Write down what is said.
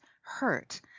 hurt